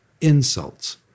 insults